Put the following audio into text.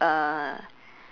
uh